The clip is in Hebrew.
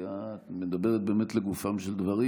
כי את מדברת באמת לגופם של דברים,